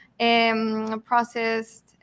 Processed